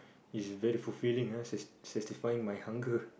is very fulfilling ah sat~ satisfying my hunger